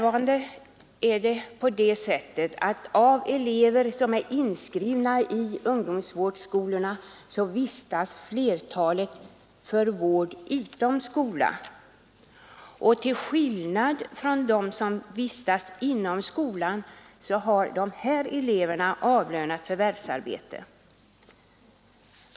Av de elever som är inskrivna på ungdomsvårdsskolorna vistas för närvarande flertalet för vård utom skola, och till skillnad från dem som vistas inom skola har många av de här eleverna avlönat förvärvsarbete.